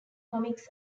comix